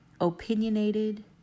opinionated